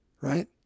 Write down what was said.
Right